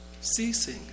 ceasing